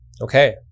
Okay